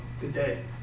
today